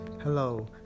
hello